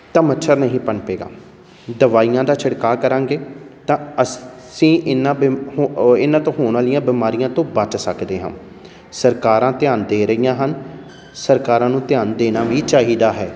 ਤਾਂ ਮੱਛਰ ਨਹੀਂ ਪਣਪੇਗਾ ਦਵਾਈਆਂ ਦਾ ਛਿੜਕਾ ਕਰਾਂਗੇ ਤਾਂ ਅਸੀਂ ਇਹਨਾਂ ਬਿਮਾ ਹੋ ਇਹਨਾਂ ਤੋਂ ਹੋਣ ਵਾਲੀਆਂ ਬਿਮਾਰੀਆਂ ਤੋਂ ਬਚ ਸਕਦੇ ਹਾਂ ਸਰਕਾਰਾਂ ਧਿਆਨ ਦੇ ਰਹੀਆਂ ਹਨ ਸਰਕਾਰਾਂ ਨੂੰ ਧਿਆਨ ਦੇਣਾ ਵੀ ਚਾਹੀਦਾ ਹੈ